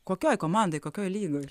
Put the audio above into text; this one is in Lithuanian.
kokioj komandoj kokioj lygoj